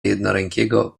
jednorękiego